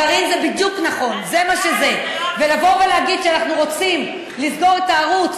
קארין, זה בדיוק נכון, את יודעת שזה לא הסיפור.